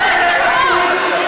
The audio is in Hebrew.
זה חוק.